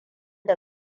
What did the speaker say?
da